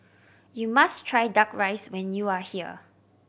you must try Duck Rice when you are here